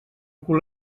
cul